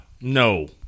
No